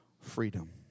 freedom